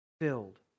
filled